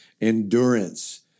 endurance